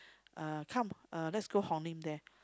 uh come uh let's go Hong-Lim there